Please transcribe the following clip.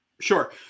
Sure